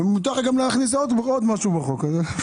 מותר לך גם להכניס עוד נושאים בחוק הזה.